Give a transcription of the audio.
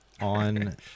on